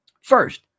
First